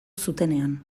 zutenean